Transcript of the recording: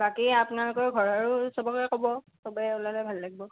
বাকী আপোনালোকৰ ঘৰৰো চবকে ক'ব চবে ওলালে ভাল লাগিব